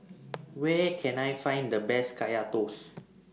Where Can I Find The Best Kaya Toast